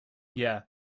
yeah